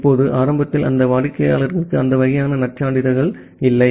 இப்போது ஆரம்பத்தில் அந்த வாடிக்கையாளருக்கு அந்த வகையான நற்சான்றிதழ்கள் இல்லை